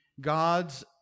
gods